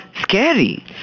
scary